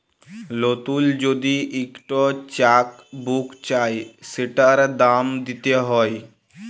লতুল যদি ইকট চ্যাক বুক চায় সেটার দাম দ্যিতে হ্যয়